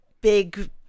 big